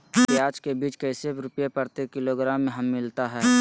प्याज के बीज कैसे रुपए प्रति किलोग्राम हमिलता हैं?